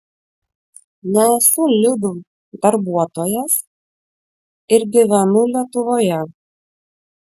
nesu lidl darbuotojas ir gyvenu lietuvoje